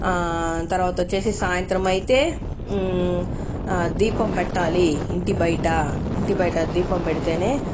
తర్వాత వచ్చేసి సాయంత్రం అయితే దీపం పెట్టాలి ఇంటి బయట ఇంటి బయట దీపం పెడితేనే